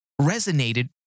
resonated